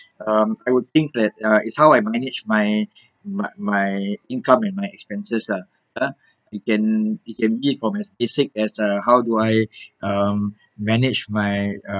um I would think that uh it's how I manage my my my income and my expenses lah ah it can it can be from as basic as uh how do I um manage my uh